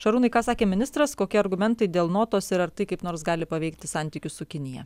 šarūnai ką sakė ministras kokie argumentai dėl notos ir ar tai kaip nors gali paveikti santykius su kinija